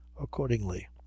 accordingly